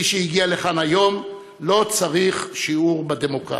מי שהגיע לכאן היום לא צריך שיעור בדמוקרטיה,